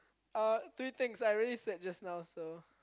uh three things I already said just now so